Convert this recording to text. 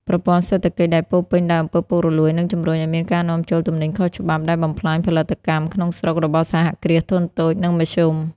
ប្រព័ន្ធសេដ្ឋកិច្ចដែលពោរពេញដោយ អំពើពុករលួយ នឹងជំរុញឱ្យមានការនាំចូលទំនិញខុសច្បាប់ ដែលបំផ្លាញផលិតកម្មក្នុងស្រុករបស់សហគ្រាសធុនតូច និងមធ្យម។